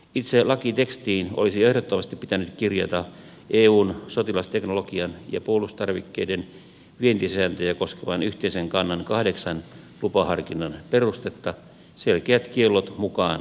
itse lakitekstiin olisi ehdottomasti pitänyt kirjata eun sotilasteknologian ja puolustustarvikkeiden vientisääntöjä koskevan yhteisen kannan kahdeksan lupaharkinnan perustetta selkeät kiellot mukaan lukien